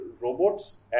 robots